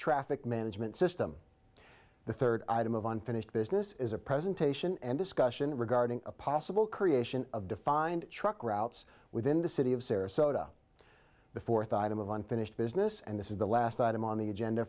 traffic management system the third item of unfinished business is a presentation and discussion regarding a possible creation of defined truck routes within the city of sarasota the fourth item of unfinished business and this is the last item on the agenda